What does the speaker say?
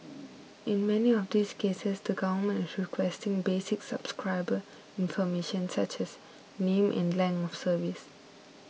in many of these cases the government is requesting basic subscriber information such as name and length of service